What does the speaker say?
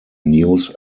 news